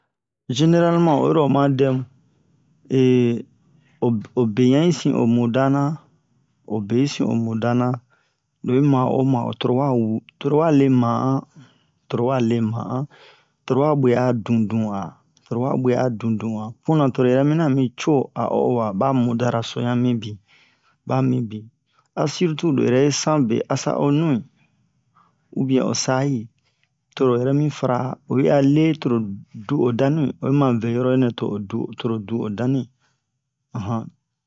generalement oyiro madɛ mu o obe yan'i sin'o muda na obe'i sin'o muda na lo'i ma'o wo ma'o toro wa wu toro wale ma'an toro wale ma'an toro wa bwe a dundun'a toro wa bwe a dundun'a puna toro yɛrɛ mina ami co a ohowa ba mudaraso yan mibin ba mibin a surtout lo yɛrɛ'i sanbe asa'o nui ubiɛ o sa'i toro yɛrɛ mi fara'a oyi'a le toro du'o danui oyi mavɛ yoro nɛ to'o dun toro dun'o danui ahan